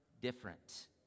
different